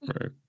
Right